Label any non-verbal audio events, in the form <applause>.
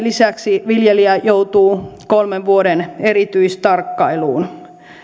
<unintelligible> lisäksi viljelijä joutuu kolmen vuoden erityistarkkailuun